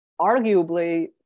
arguably